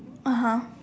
(uh huh)